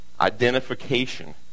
Identification